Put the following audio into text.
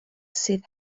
sydd